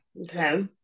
Okay